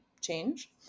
change